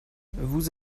vous